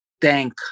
thank